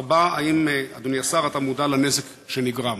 4. האם, אדוני השר, אתה מודע לנזק שנגרם?